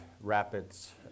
rapids